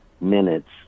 minutes